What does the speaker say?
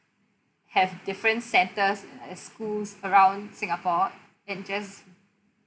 have different centres and schools around singapore and just